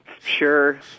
Sure